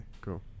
cool